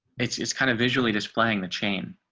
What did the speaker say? it's it's kind of visually displaying the chain.